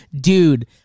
Dude